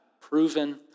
proven